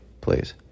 please